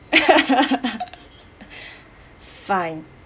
fine